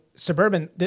Suburban